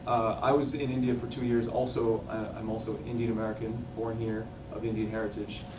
i was in india for two years also. i'm also indian american. born here of indian heritage.